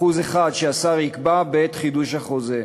אחוז אחד, שהשר יקבע בעת חידוש החוזה.